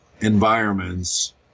environments